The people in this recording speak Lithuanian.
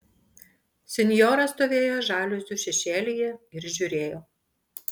sinjora stovėjo žaliuzių šešėlyje ir žiūrėjo